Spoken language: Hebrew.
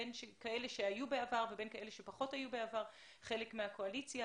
בין כאלה שהיו בעבר ובין כאלה שפחות היו בעבר חלק מהקואליציה.